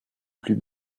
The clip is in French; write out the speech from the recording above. plus